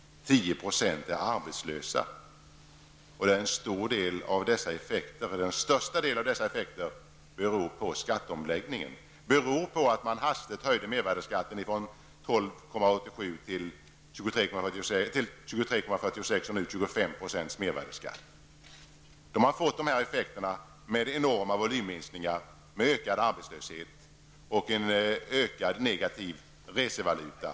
10 % är arbetslösa, och största delen av den effekten beror på skatteomläggningen, att man hastigt höjde mervärdeskatten från 12,87 till 23,46 och nu 25 %. Följden har blivit enorma volymminskningar, ökad arbetslöshet och ökad negativ resevaluta.